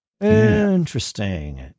Interesting